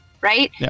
right